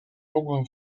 mogłem